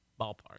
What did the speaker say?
ballpark